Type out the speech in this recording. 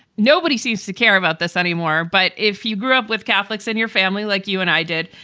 nobody seems to care about this anymore. but if you grew up with catholics in your family, like you and i did,